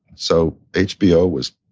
so hbo was